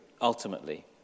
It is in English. ultimately